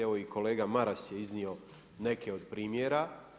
Evo i kolega Maras je iznio neke od primjera.